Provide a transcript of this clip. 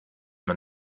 man